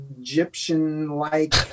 Egyptian-like